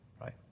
right